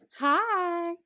hi